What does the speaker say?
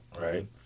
right